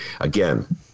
Again